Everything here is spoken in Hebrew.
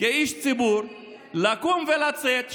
כאיש ציבור לקום ולצאת,